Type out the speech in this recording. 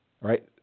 right